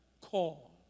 call